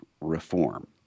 reform